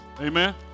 Amen